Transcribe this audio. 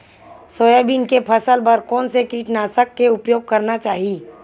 Soybean के फसल बर कोन से कीटनाशक के उपयोग करना चाहि?